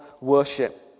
worship